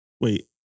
Wait